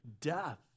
death